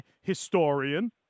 Historian